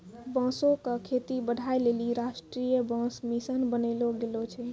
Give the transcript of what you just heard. बांसो क खेती बढ़ाय लेलि राष्ट्रीय बांस मिशन बनैलो गेलो छै